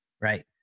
right